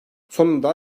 sonunda